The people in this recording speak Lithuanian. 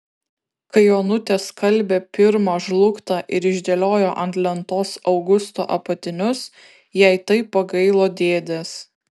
kai onutė skalbė pirmą žlugtą ir išdėliojo ant lentos augusto apatinius jai taip pagailo dėdės